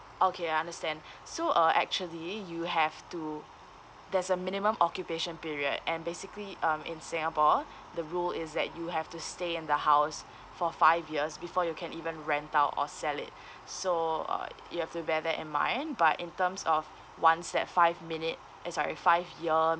okay I understand so uh actually you have to there's a minimum occupation period and basically um in singapore the rule is that you have to stay in the house for five years before you can even rent out or sell it so uh you have to bear that in mind but in terms of once that five minute eh sorry five year